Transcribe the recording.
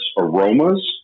aromas